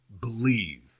believe